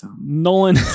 Nolan